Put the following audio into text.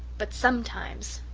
but sometimes,